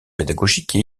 pédagogique